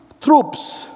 troops